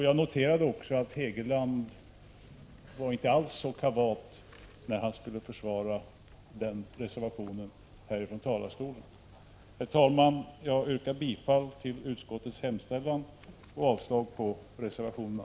Jag noterade också att Hugo Hegeland inte alls var så kavat när han skulle försvara den reservationen här från talarstolen. Herr talman! Jag yrkar bifall till utskottets hemställan och avslag på reservationerna.